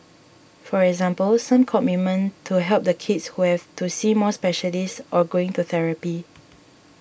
for example some commitment to help the kids who have to see more specialists or going to therapy